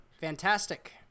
Fantastic